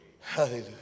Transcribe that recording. Hallelujah